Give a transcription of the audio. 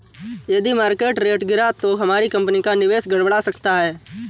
यदि market rate गिरा तो हमारी कंपनी का निवेश गड़बड़ा सकता है